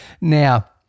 now